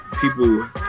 people